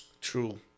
True